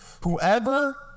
Whoever